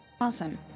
Awesome